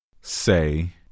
Say